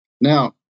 Now